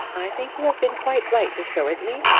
i think you have been quite right to show it me.